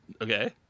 Okay